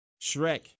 Shrek